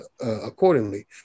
accordingly